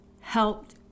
helped